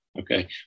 Okay